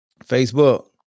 Facebook